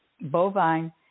bovine